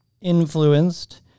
influenced